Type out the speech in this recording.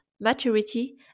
maturity